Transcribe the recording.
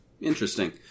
Interesting